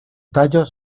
tallos